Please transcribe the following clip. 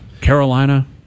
Carolina